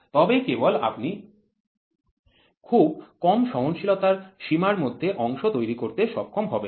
তবেই কেবল আপনি খুব কম সহনশীলতার সীমার মধ্যে অংশ তৈরি করতে সক্ষম হবেন